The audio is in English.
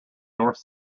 north